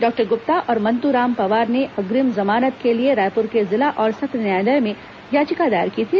doctor Gupta और मंतूराम पवार ने अग्रिम जमानत के लिए रायपूर के जिला और सत्र न्यायालय में याचिका दायर की थी